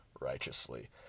righteously